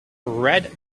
red